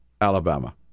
Alabama